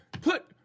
put